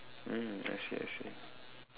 mm I see I see